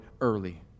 early